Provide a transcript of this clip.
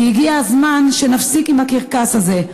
כי הגיע הזמן שנפסיק את הקרקס הזה.